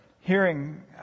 hearing